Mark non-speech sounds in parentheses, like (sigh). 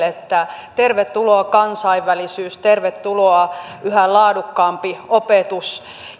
(unintelligible) että tervetuloa kansainvälisyys tervetuloa yhä laadukkaampi opetus